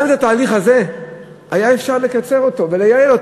גם את התהליך הזה היה אפשר לקצר ולייעל.